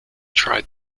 tried